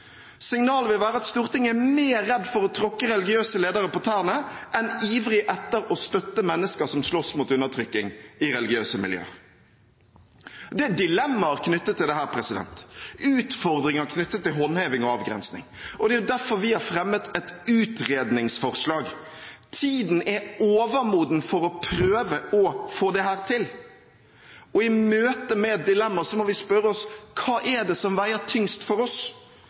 Signalet vil være at Stortinget er mer redd for å tråkke religiøse ledere på tærne enn ivrig etter å støtte mennesker som slåss mot undertrykking i religiøse miljøer. Det er dilemmaer knyttet til dette og utfordringer knyttet til håndheving og avgrensning. Det er derfor vi har fremmet et utredningsforslag. Tiden er overmoden for å prøve å få dette til, og i møte med et dilemma må vi spørre oss: Hva er det som veier tyngst for oss?